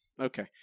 okay